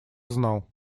знал